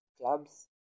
clubs